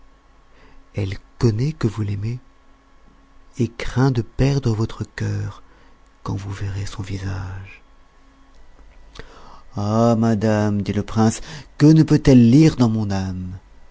elle connaît que vous l'aimez et craint de perdre votre cœur quand vous verrez son visage ah madame dit le prince que ne peut-elle lire dans mon âme